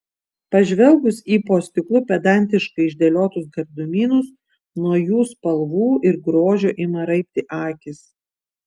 pažvelgus į po stiklu pedantiškai išdėliotus gardumynus nuo jų spalvų ir grožio ima raibti akys